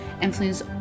influence